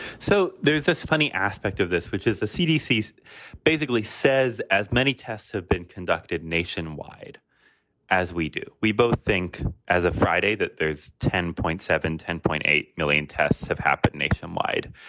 so there's this funny aspect of this, which is the cdc basically says as many tests have been conducted nationwide as we do, we both think as of friday that there's ten point seven, ten point eight million tests have happened nationwide,